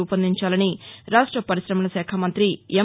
రూపొందించాలని రాష్ట్ర పరిశమల శాఖ మంత్రి ఎం